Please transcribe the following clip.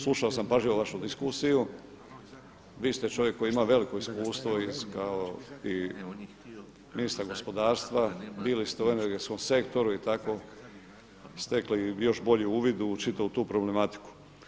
Slušao sam pažljivo vašu diskusiju, vi ste čovjek koji ima veliko iskustvo i kao ministar gospodarstva, bili ste u energetskom sektoru i tako stekli još bolji uvid u čitavu tu problematiku.